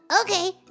Okay